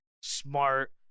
smart